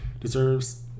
deserves